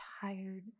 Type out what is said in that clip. tired